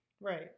Right